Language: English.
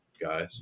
guys